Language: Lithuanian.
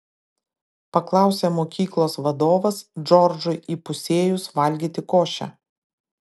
paklausė mokyklos vadovas džordžui įpusėjus valgyti košę